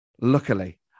Luckily